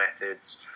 methods